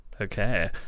Okay